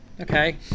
Okay